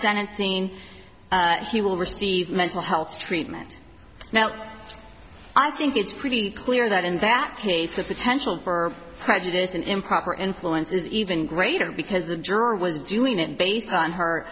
sentencing he will receive mental health treatment now i think it's pretty clear that in that case the potential for prejudice and improper influence is even greater because the juror was doing it based on her